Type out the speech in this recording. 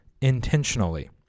intentionally